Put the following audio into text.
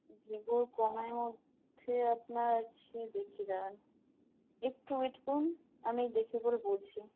Vivo কমের মধ্যে আপনার আছে দেখি দাঁড়ান একটু ওয়েট করুন আমি দেখে পরে বলছি